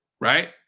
Right